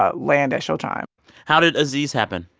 ah land at showtime how did aziz happen.